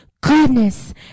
goodness